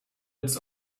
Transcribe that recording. its